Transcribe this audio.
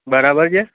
બરાબર છે